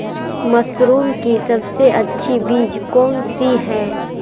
Mushroom की सबसे अच्छी बीज कौन सी है?